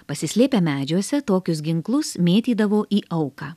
pasislėpę medžiuose tokius ginklus mėtydavo į auką